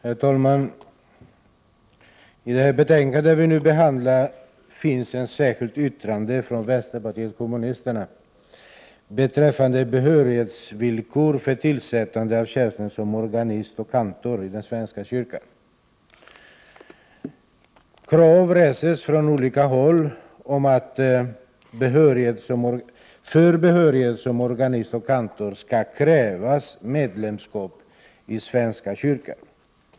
Herr talman! I det betänkande som vi nu behandlar finns ett särskilt yttrande från vänsterpartiet kommunisterna beträffande behörighetsvillkor för tillsättande av tjänster som organist och kantor i den svenska kyrkan. Från olika håll reses krav på att för behörighet som organist och kantor skall krävas medlemskap i svenska kyrkan.